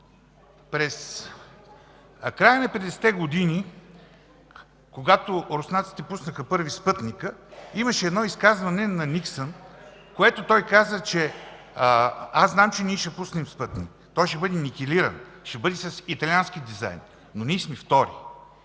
В края на 50-те години, когато руснаците пуснаха първи спътника, имаше изказване на Никсън, в което той каза: „Аз знам, че ние ще пуснем спътник. Той ще бъде никелиран, ще бъде с италиански дизайн, но ние сме втори.”